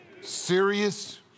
Serious